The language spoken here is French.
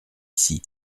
ici